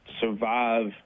survive